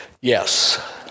Yes